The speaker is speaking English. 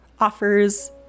offers